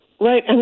Right